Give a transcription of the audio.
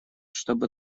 чтобы